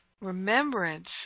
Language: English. remembrance